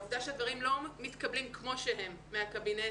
עובדה שדברים לא מתקבלים כמו שהם מהקבינט,